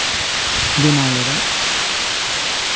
ᱵᱮᱱᱟᱣ ᱞᱮᱫᱟ